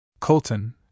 Colton